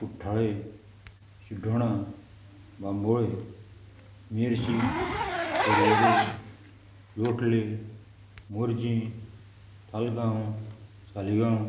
कुट्टाळे Shiddona Bambolim Merces Porvorim Loutolim Murji Taleigao Saligao